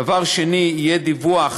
דבר שני, יהיה דיווח